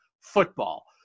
football